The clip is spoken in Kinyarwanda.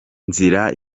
nzira